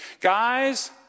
Guys